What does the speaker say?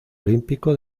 olímpico